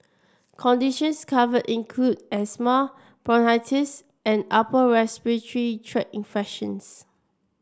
conditions covered include asthma bronchitis and upper respiratory tract infections